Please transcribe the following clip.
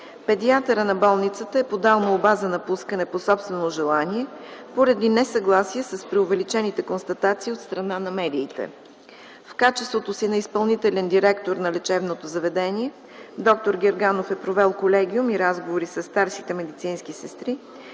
Педиатърката на болницата е подала молба за напускане по собствено желание поради несъгласие с преувеличените констатации от страна на медиите. В качеството си на изпълнителен директор на лечебното заведение д-р Герганов е провел колегиум и разговори със старшите медицински сестри